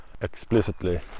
explicitly